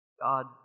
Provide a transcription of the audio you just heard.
God